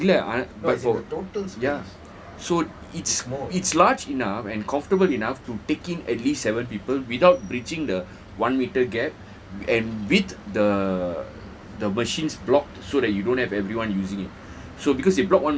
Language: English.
one metre இல்ல:illa ya so it's it's large enough and comfortable enough to take in at least seven people without breaching the one metre gap and with the the machines blocked so that you don't have everyone using it